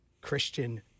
Christian